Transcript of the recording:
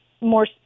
more